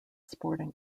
sporting